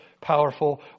powerful